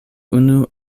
unu